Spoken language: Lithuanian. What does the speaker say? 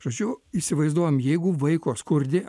žodžiu įsivaizduojam jeigu vaiko skurdi